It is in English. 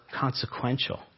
consequential